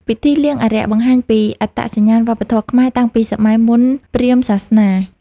ពិធីលៀងអារក្សបង្ហាញពីអត្តសញ្ញាណវប្បធម៌ខ្មែរតាំងពីសម័យមុនព្រហ្មញ្ញសាសនា។